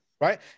right